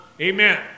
Amen